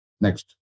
Next